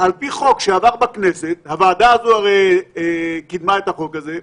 על פי חוק שעבר בכנסת הוועדה הזו הרי קידמה את החוק הזה,